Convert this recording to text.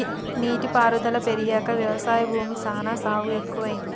నీటి పారుదల పెరిగాక వ్యవసాయ భూమి సానా సాగు ఎక్కువైంది